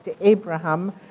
Abraham